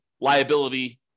liability